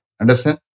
Understand